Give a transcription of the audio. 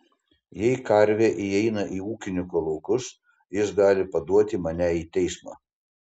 jei karvė įeina į ūkininko laukus jis gali paduoti mane į teismą